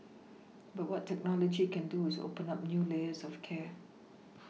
but what technology can do is open up new layers of care